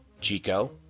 Chico